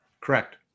Correct